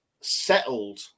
settled